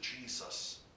Jesus